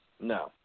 no